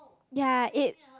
ya it